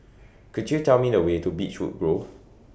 Could YOU Tell Me The Way to Beechwood Grove